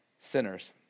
sinners